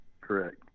Correct